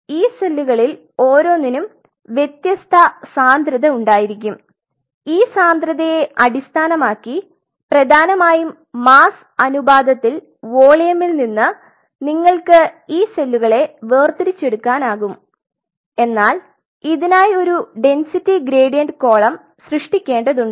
ഈ സെല്ലുകളിൽ ഓരോന്നിനും വ്യത്യസ്ത സാന്ദ്രത ഉണ്ടായിരിക്കും ഈ സാന്ദ്രതയെ അടിസ്ഥാനമാക്കി പ്രധാനമായും മാസ്സ് അനുപാതത്തിൽ വോളിയമിൽ നിന്ന് നിങ്ങൾക്ക് ഈ സെല്ലുകളെ വേർതിരിക്കാനാകും എന്നാൽ ഇതിനായി ഒരു ഡെന്സിറ്റി ഗ്രേഡിയന്റ് കോളം സൃഷ്ടിക്കേണ്ടതുണ്ട്